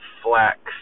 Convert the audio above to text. flax